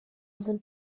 sind